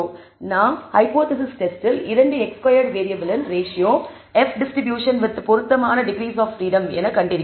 நாம் ஹைபோதேசிஸ் டெஸ்டில் இரண்டு x ஸ்கொயர்ட் வேறியபிளின் ரேஷியோ F டிஸ்ட்ரிபியூஷன் வித் பொருத்தமான டிகிரீஸ் ஆப் பிரீடம் என கண்டிருக்கிறோம்